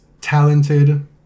talented